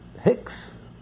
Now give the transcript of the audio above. hicks